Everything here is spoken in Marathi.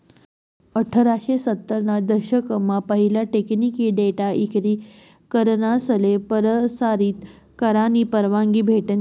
अठराशे सत्तर ना दशक मा पहिला टेकनिकी डेटा इक्री करनासले परसारीत करानी परवानगी भेटनी